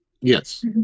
Yes